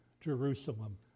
Jerusalem